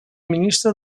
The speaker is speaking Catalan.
ministre